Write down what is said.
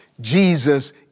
Jesus